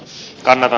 oscar